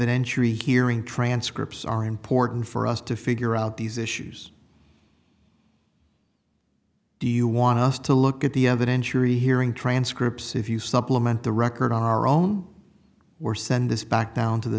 evidentiary hearing transcripts are important for us to figure out these issues do you want us to look at the evidentiary hearing transcripts if you supplement the record on our own or send this back down to the